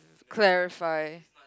clarify